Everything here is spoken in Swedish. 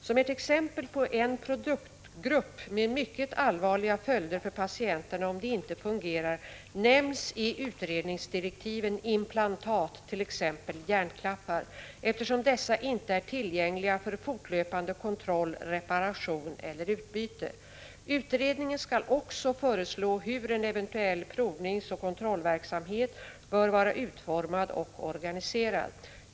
Som ett exempel på en produktgrupp med mycket allvarliga följder för patienterna om de inte fungerar nämns i utredningsdirektiven omplantat, t.ex. hjärtklaffar, eftersom dessa inte är tillgängliga för fortlöpande kontroll, reparation eller utbyte. Utredningen skall också föreslå hur en eventuell provningsoch kontrollverksamhet bör vara utformad och organiserad.